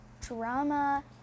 drama